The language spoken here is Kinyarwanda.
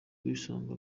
kwisanga